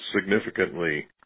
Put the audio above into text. significantly